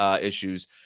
issues